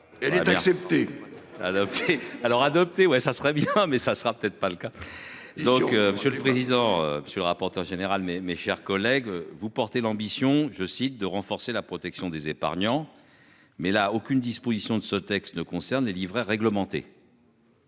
alors adopté. Ouais ça serait bien, mais ça ne sera peut-être pas le cas. Donc monsieur le président, monsieur le rapporteur général mes, mes chers collègues vous porter l'ambition je cite de renforcer la protection des épargnants. Mais là aucune disposition de ce texte ne concerne les livrets réglementés.